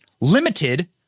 limited